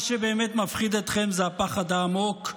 מה שבאמת מפחיד אתכם הוא הפחד העמוק,